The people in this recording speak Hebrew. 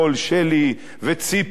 שלי וציפי,